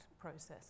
process